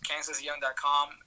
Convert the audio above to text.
kansasyoung.com